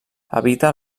habita